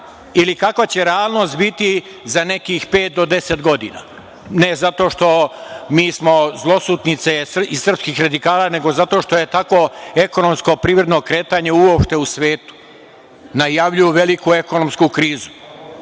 ili kakva će realnost biti za nekih pet do deset godina. Ne zato što smo mi zloslutnice iz srpskih radikala, nego zato što je takvo ekonomsko privredno kretanje uopšte u svetu. Najavljuju veliku ekonomsku krizu